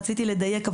רציתי לדייק,